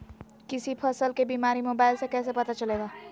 किसी फसल के बीमारी मोबाइल से कैसे पता चलेगा?